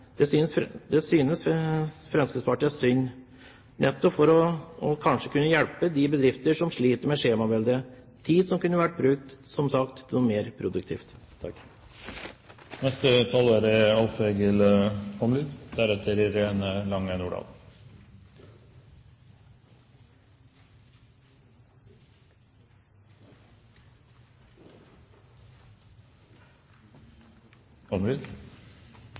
Det synes Fremskrittspartiet er synd, nettopp fordi det kanskje kunne hjelpe de bedrifter som sliter med skjemaveldet, slik at tiden kunne vært brukt, som sagt, mer produktivt. Det er